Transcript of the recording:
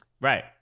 Right